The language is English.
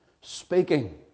speaking